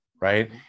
right